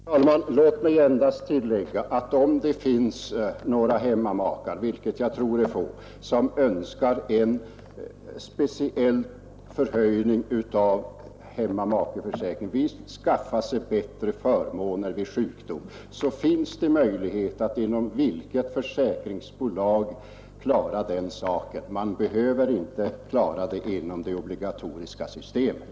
Herr talman! Låt mig endast tillägga att om det finns några hemmamakar, och jag tror det är få, som vill skaffa sig bättre förmåner vid sjukdom, så finns det möjlighet att genom vilket försäkringsbolag som helst klara den saken. Man behöver inte göra det inom det obligatoriska systemet.